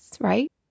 right